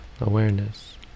awareness